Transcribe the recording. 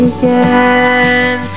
again